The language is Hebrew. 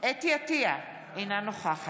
חוה אתי עטייה, אינה נוכחת